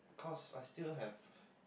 because I still have